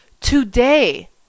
today